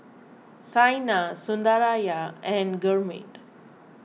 Saina Sundaraiah and Gurmeet